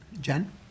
Jen